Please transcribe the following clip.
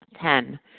Ten